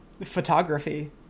photography